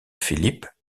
philippe